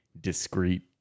discreet